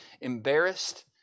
embarrassed